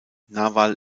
naval